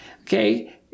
okay